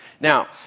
Now